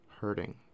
hurting